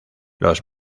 los